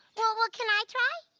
well well can i try?